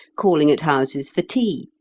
calling at houses for tea,